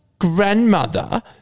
grandmother